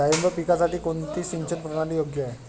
डाळिंब पिकासाठी कोणती सिंचन प्रणाली योग्य आहे?